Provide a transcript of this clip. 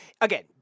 again